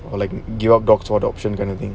or like you give up dogs for adoption kind of thing